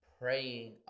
praying